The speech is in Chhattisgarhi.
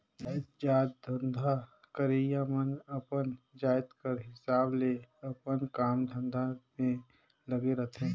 जाएतजात धंधा करइया मन अपन जाएत कर हिसाब ले अपन काम धंधा में लगे रहथें